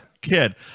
Kid